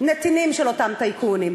נתינים של אותם טייקונים.